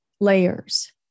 layers